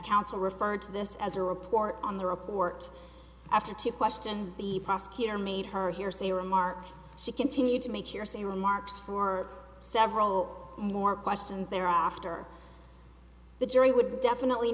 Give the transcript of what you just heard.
counsel referred to this as a report on the report after two questions the prosecutor made her hearsay remark she continued to make your say remarks for several more questions there after the jury would definitely